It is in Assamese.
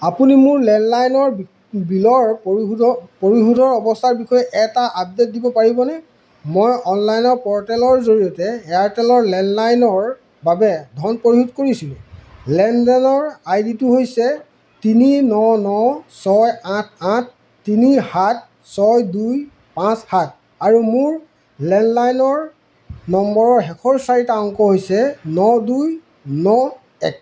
আপুনি মোৰ লেণ্ডলাইন বিলৰ পৰিশোধৰ অৱস্থাৰ বিষয়ে এটা আপডেট দিব পাৰিবনে মই অনলাইনৰ পৰ্টেলৰ জৰিয়তে এয়াৰটেলৰ লেণ্ডলাইনৰ বাবে ধন পৰিশোধ কৰিছিলোঁ লেনদেনৰ আই ডিটো হৈছে তিনি ন ন ছয় আঠ আঠ তিনি সাত ছয় দুই পাঁচ সাত আৰু মোৰ লেণ্ডলাইনৰ নম্বৰৰ শেষৰ চাৰিটা অংক হৈছে ন দুই ন এক